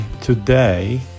today